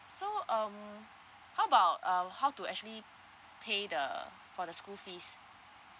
so um how about uh how to actually pay the for the school fees